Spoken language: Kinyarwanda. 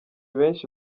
benshi